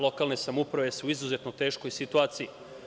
Lokalne samouprave su u izuzetno teškoj situaciji.